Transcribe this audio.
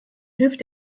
hilft